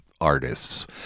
artists